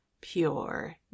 pure